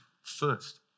first